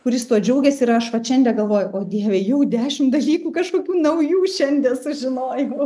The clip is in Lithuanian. kuris tuo džiaugiasi ir aš vat šiandie galvoju o dieve jau dešim dalykų kažkokių naujų šiandie sužinojau